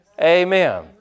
Amen